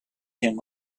him